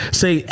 say